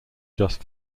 just